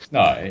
no